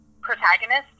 protagonist